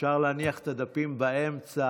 ואפשר להניח את הדפים באמצע,